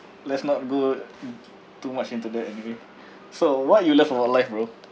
let's not go too much into that anyway so what you love about life bro